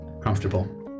Comfortable